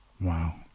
Wow